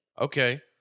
Okay